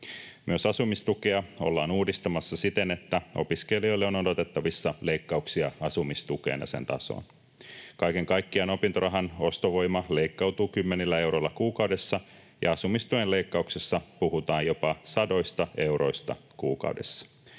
Myös asumistukea ollaan uudistamassa siten, että opiskelijoille on odotettavissa leikkauksia asumistukeen ja sen tasoon. Kaiken kaikkiaan opintorahan ostovoima leikkautuu kymmenillä euroilla kuukaudessa ja asumistuen leikkauksessa puhutaan jopa sadoista euroista kuukaudessa.